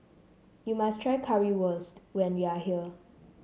you must try Currywurst when you are here